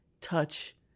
touch